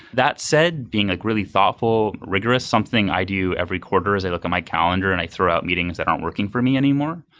that said, being like really thoughtful, rigorous, something i do every quarter is a look on my calendar and i throw out meetings that aren't working for me anymore.